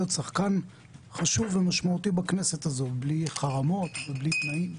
שחקן חשוב ומשמעותי בכנסת הזאת בלי חרמות ובלי תנאים.